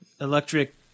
Electric